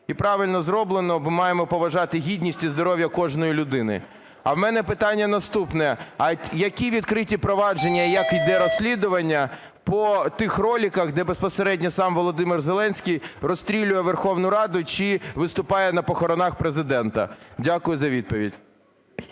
І правильно зроблено, бо маємо поважати гідність і здоров'я кожної людини. А в мене питання наступне. А які відкриті провадження і як іде розслідування по тих роликах, де безпосередньо сам Володимир Зеленський розстрілює Верховну Раду чи виступає на похоронах Президента? Дякую за відповідь.